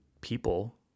people